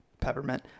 peppermint